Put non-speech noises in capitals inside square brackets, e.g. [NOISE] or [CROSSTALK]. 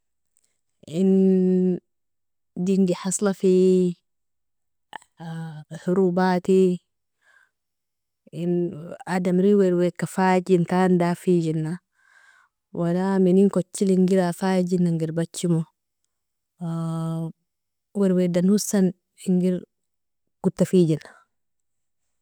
- indingi hasla fi, [HESITATION] horobati in adamri wirweka fajintan dafijina wala minin kotchila ingir afajinan giribachimo wirwedan hosan ingir kotafijina.